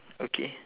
okay